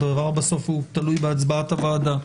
הדבר תלוי בסוף בהצבעת הוועדה.